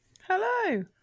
hello